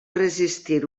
resistir